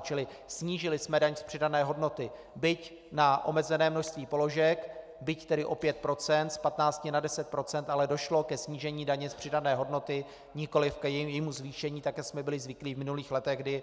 Čili snížili jsme daň z přidané hodnoty, byť na omezené množství položek, byť tedy o pět procent, z patnácti na deset procent, ale došlo ke snížení daně z přidané hodnoty, nikoli k jejímu zvýšení, tak jak jsme byli zvyklí v minulých letech, kdy